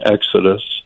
Exodus